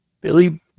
Billy